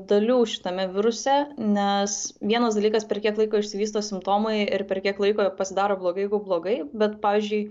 dalių šitame viruse nes vienas dalykas per kiek laiko išsivysto simptomai ir per kiek laiko pasidaro blogai jeigu blogai bet pavyzdžiui